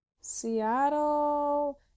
Seattle